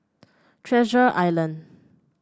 Treasure Island